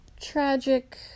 tragic